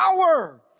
power